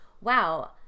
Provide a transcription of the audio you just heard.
wow